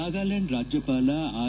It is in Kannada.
ನಾಗಲ್ಕಾಂಡ್ ರಾಜ್ಯಪಾಲ ಆರ್